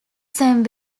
same